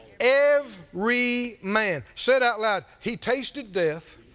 every man. say it out loud he tasted death